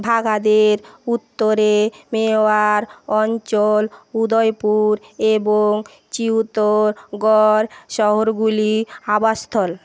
ভাগাদের উত্তরে মেওয়ার অঞ্চল উদয়পুর এবং চিতোরগড় শহরগুলি আবাসস্থল